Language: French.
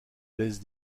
laisse